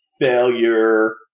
failure